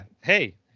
hey